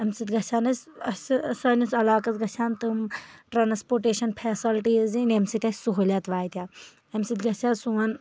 اَمہِ سۭتۍ گژھَن اسہِ اَسہِ سٲنِس علاقعس گژھَن تِم ٹرانسپوٹیشن فیسیلٹیٖز یِنۍ ییٚمہِ سۭتۍ اَسہِ سہوٗلیت واتہِ ہا اَمہِ سۭتۍ گژھِ ہا سون